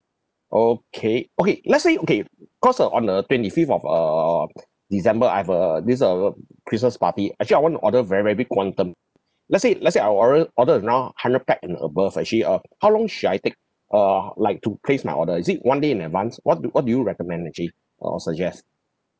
okay okay let's say okay cause uh on the twenty fifth of err december I've uh this uh christmas party actually I want to order very very big quantum let's say let's say I orer~ order around hundred pax and above actually uh how long should I take uh like to place my order is it one day in advanced what do what do you recommend actually or suggest